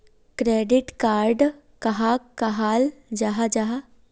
Credit card कहाक कहाल जाहा जाहा?